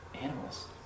animals